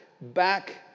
back